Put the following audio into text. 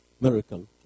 miracle